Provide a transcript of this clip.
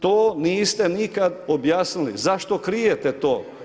To niste nikad objasnili, zašto krijete to?